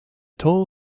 tall